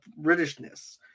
Britishness